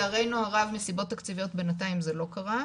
לצערנו הרב מסיבות תקציביות בינתיים זה לא קרה,